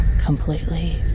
completely